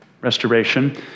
restoration